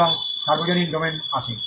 এবং সর্বজনীন ডোমেনে আসে